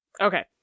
Okay